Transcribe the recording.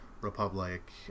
Republic